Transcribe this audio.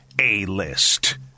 A-List